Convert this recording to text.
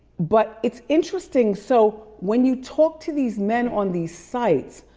but it's interesting. so when you talk to these men on these sites,